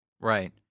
right